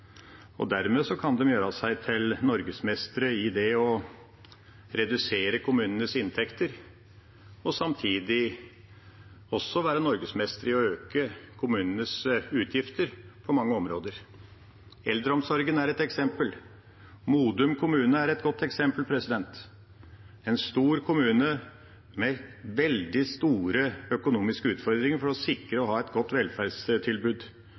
Dermed kan de gjøre seg til norgesmestre i det å redusere kommunenes inntekter og samtidig være norgesmestre i å øke kommunenes utgifter på mange områder. Eldreomsorgen er et eksempel. Modum kommune er et godt eksempel – en stor kommune med veldig store økonomiske utfordringer for å sikre og ha et godt velferdstilbud,